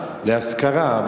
מרכישה להשכרה,